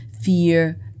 fear